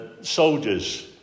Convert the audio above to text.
soldiers